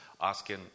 asking